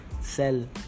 sell